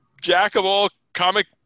jack-of-all-comic